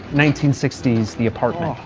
nineteen sixty s the apartment.